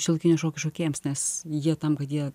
šiuolaikinio šokio šokėjams nes jie tampa tie